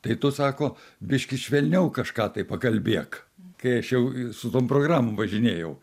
tai tu sako biškį švelniau kažką tai pakalbėk kai aš jau su tom programom važinėjau